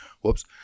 whoops